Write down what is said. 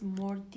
more